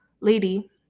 Lady